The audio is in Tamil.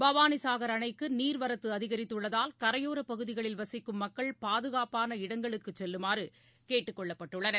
பவானிசாகர் அணைக்குநீர்வரத்துஅதிகரித்துள்ளதால் கரையோரபகுதிகளில் வசிக்கும் மக்கள் பாதுகாப்பான இடங்களுக்குசெல்லுமாறுகேட்டுக்கொள்ளப்பட்டுள்ளனர்